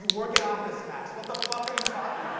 work at officemax. what the fuck are you talking